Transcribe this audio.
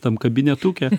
tam kabinetuke